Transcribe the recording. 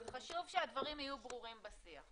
חשוב שהדברים יהיו ברורים בשיח.